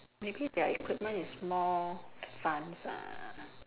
maybe their equipment is more advanced ah